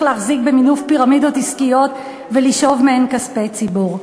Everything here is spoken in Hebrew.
להחזיק במינוף פירמידות עסקיות ולשאוב מהן כספי ציבור.